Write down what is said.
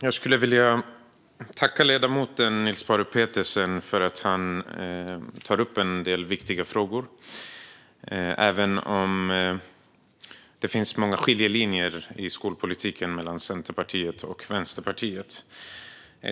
Fru talman! Jag skulle vilja tacka ledamoten Niels Paarup-Petersen för att han tar upp en del viktiga frågor, även om det finns många skiljelinjer i skolpolitiken mellan Centerpartiet och Vänsterpartiet.